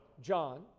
John